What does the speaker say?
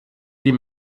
die